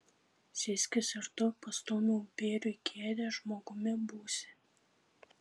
sėskis ir tu pastūmiau bėriui kėdę žmogumi būsi